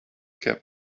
kept